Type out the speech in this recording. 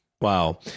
Wow